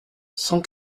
cent